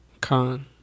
Con